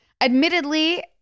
Admittedly